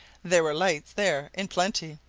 there were lights there in plenty,